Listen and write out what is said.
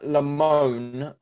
Lamone